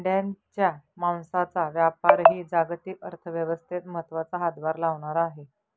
मेंढ्यांच्या मांसाचा व्यापारही जागतिक अर्थव्यवस्थेत महत्त्वाचा हातभार लावणारा आहे